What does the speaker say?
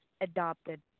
adopted